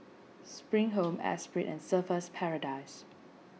Spring Home Esprit and Surfer's Paradise